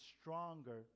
stronger